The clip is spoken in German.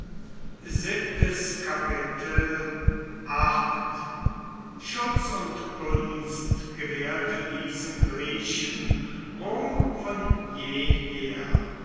schutz und gunst gewährte diesen griechen rom von jeher